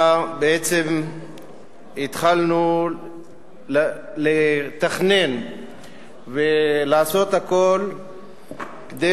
שבה בעצם התחלנו לתכנן ולעשות הכול כדי